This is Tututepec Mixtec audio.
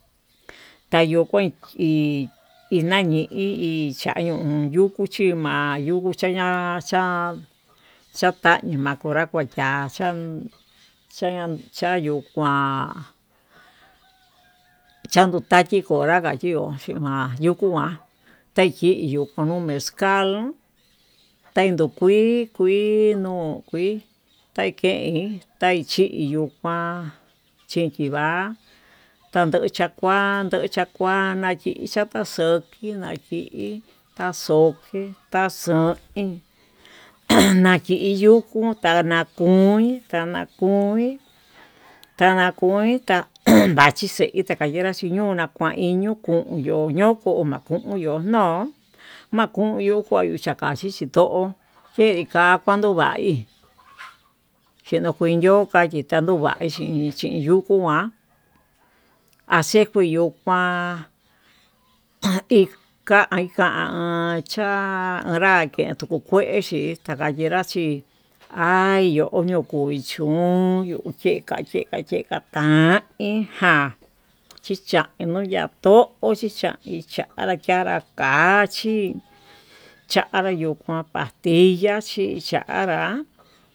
Kayuu kuain hi i yañuu o'on yuku chima'a yuku chaña chapanri makoma kuu ma'a, cha chayuu kuán chatuu chandi konra chandió yima'a yuku ma'a taí kiyo koyuu mezcal, tai ndo kui kui no'o tai kein taí chiyo'o kuan chiki va'a tanducha kuan chanducha chakuan tayii chata xochiná, nayii ta xoke tá xoin an tanaki yuku ta'a natoin kana koin nanakoin an vachixe takaye'é nra chiñona nakuaiño kun yo'o yo makona yonokón no maku yo'o chakachí, chichindó xeka kuando va'í xhiko kuin yo'o kuando kanduí ixhii ichin yukuu njuán axeki yuu kuan ikai kán, ha chá nra yukuu kuexhí ixtaka yenra chí hay yo'o nukuu chun yuu cheka cheka ta'a iin njá chichain kuu ya'a to'ó chichan nrakinrá kachi chanrá, yuu kuan pastilla chí chanrá.